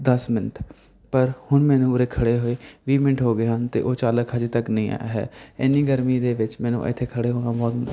ਦਸ ਮਿੰਟ ਪਰ ਹੁਣ ਮੈਨੂੰ ਉਰੇ ਖੜ੍ਹੇ ਹੋਏ ਵੀਹ ਮਿੰਟ ਹੋ ਗਏ ਹਨ ਅਤੇ ਉਹ ਚਾਲਕ ਹਜੇ ਤੱਕ ਨਹੀਂ ਆਇਆ ਹੈ ਇੰਨੀ ਗਰਮੀ ਦੇ ਵਿੱਚ ਮੈਨੂੰ ਇੱਥੇ ਖੜ੍ਹੇ ਹੋਣਾ ਬਹੁਤ